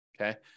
okay